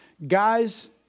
Guys